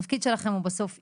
התפקיד שלכם הוא בסוף אישי,